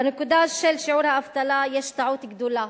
בנקודה של שיעור האבטלה יש טעות גדולה,